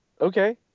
Okay